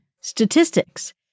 statistics